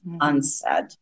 unsaid